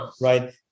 right